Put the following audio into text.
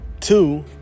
Two